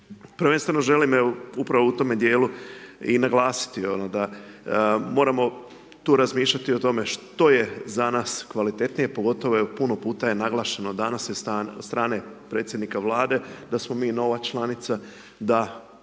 Prvenstveno želim, evo, upravo u tome dijelu i naglasiti, ono, da, moramo tu razmišljati o tome što je za nas kvalitetnije, pogotovo, evo, puno puta je naglašeno danas od strane predsjednika Vlade, da smo mi nova članica, da